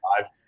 five